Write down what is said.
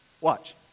Watch